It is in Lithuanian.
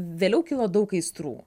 vėliau kilo daug aistrų